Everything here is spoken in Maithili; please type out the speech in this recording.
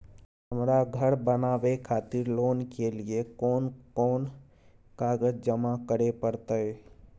हमरा धर बनावे खातिर लोन के लिए कोन कौन कागज जमा करे परतै?